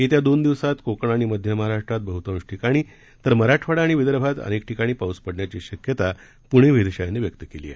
येत्या दोन दिवसात कोकण आणि मध्य महाराष्ट्रात बहतांश ठिकाणी तर मराठवाडा आणि विदर्भात अनेक ठिकाणी पाऊस पडण्याची शक्यता पृणे वेधशाळनं व्यक्त केली आहे